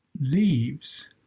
leaves